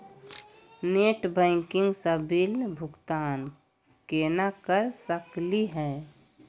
Net banking स bill भुगतान केना कर सकली हे?